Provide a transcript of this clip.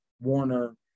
Warner